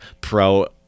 pro